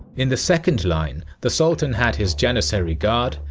in the second line, the sultan had his janissary guard,